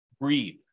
Breathe